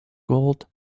gold